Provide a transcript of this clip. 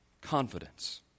Confidence